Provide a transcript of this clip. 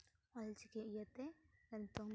ᱚᱞᱪᱤᱠᱤ ᱤᱭᱟᱹᱛᱮ ᱱᱤᱛᱚᱝ